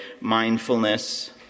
mindfulness